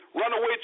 Runaway